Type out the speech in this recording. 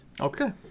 Okay